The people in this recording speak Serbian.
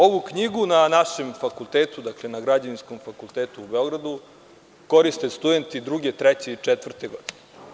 Ovu knjigu na našem fakultetu, dakle na Građevinskom fakultetu u Beogradu, koriste studenti druge, treće i četvrte godine.